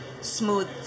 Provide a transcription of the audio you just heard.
smooth